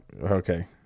Okay